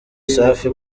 safi